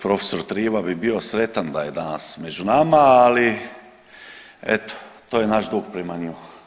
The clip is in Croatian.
Prof. Triba bi bio sretan da je danas među nama, ali eto to je naš dug prema njima.